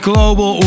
Global